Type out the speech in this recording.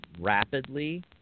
rapidly